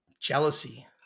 jealousy